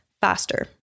faster